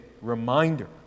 reminder